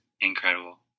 incredible